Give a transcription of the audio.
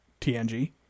TNG